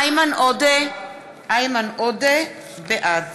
איימן עודה, בעד